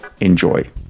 Enjoy